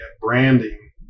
branding